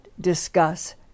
discuss